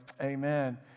Amen